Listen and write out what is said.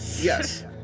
Yes